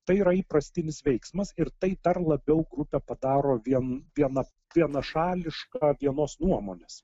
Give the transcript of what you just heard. tai yra įprastinis veiksmas ir tai dar labiau grupę padaro vien viena vienašališka vienos nuomonės